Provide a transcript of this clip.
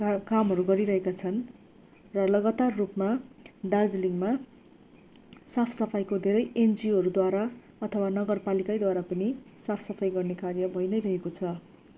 का कामहरू गरिरहेका छन् र लगातार रूपमा दार्जिलिङमा साफ सफाइको धेरै एनजिओहरूद्वारा अथवा नगरपालिकाद्वारा पनि साफ सफाइ गर्ने कार्य भई नै रहेको छ